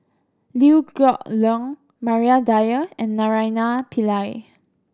Liew Geok Leong Maria Dyer and Naraina Pillai